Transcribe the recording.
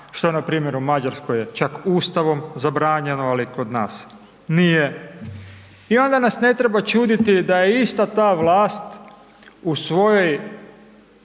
što na primjer u Mađarskoj je čak ustavom zabranjeno ali kod nas nije. I onda nas ne treba čuditi da je ista ta vlast u svojoj